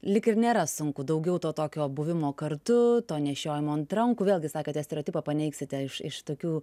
lyg ir nėra sunku daugiau to tokio buvimo kartu to nešiojimo ant rankų vėlgi sakote stereotipą paneigsite iš iš tokių